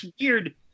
weird